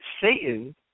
Satan